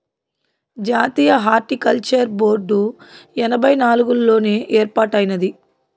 జాతీయ horticulture board ఎనభై నాలుగుల్లోనే ఏర్పాటైనాది